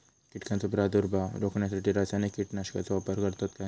कीटकांचो प्रादुर्भाव रोखण्यासाठी रासायनिक कीटकनाशकाचो वापर करतत काय?